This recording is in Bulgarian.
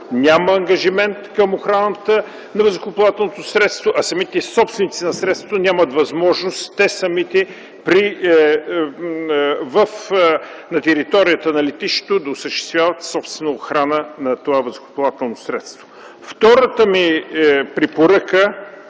няма ангажимент към охраната на въздухоплавателното средство, самите собственици на средството нямат възможност те самите на територията на летището да осъществяват собствена охрана на това въздухоплавателно средство. Втората ми препоръка